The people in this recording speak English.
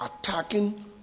attacking